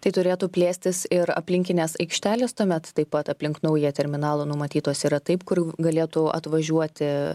tai turėtų plėstis ir aplinkinės aikštelės tuomet taip pat aplink naują terminalą numatytos yra taip kur galėtų atvažiuoti